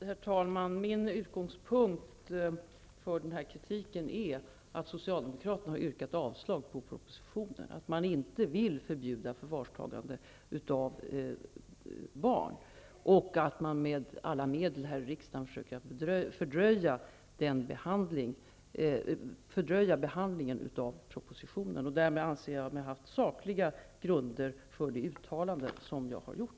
Herr talman! Min utgångspunkt för kritiken är att Socialdemokraterna har yrkat avslag på propositionen, att man inte vill förbjuda förvarstagande av barn och att man med alla medel försöker att här i riksdagen fördröja behandlingen av propositionen. Därmed anser jag mig ha sakliga grunder för de uttalanden som jag har gjort.